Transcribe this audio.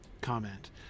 comment